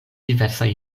diversaj